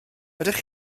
ydych